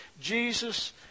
Jesus